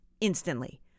instantly